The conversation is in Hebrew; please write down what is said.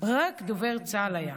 רק דובר צה"ל היה.